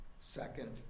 Second